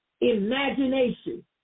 imagination